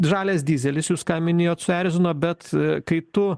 žalias dyzelis jūs ką minėjot suerzino bet kai tu